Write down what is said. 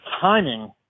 timing